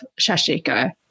Shashiko